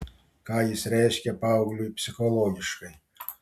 ką jis reiškia paaugliui psichologiškai